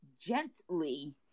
gently